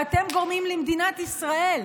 ואתם גורמים למדינת ישראל,